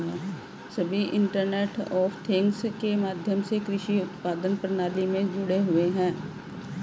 सभी internet of things के माध्यम से कृषि उत्पादन प्रणाली में जुड़े हुए हैं